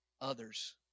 others